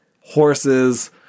horses